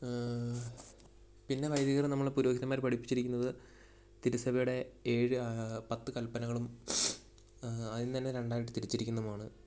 പിന്നെ വൈദികർ നമ്മളെ പുരോഹിതന്മാർ പഠിപ്പിച്ചിരിക്കുന്നത് തിരു സഭയുടെ ഏഴ് പത്ത് കല്പനകളും ആദ്യം തന്നെ രണ്ടായി തിരിച്ചിരിക്കുന്നതുമാണ്